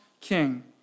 king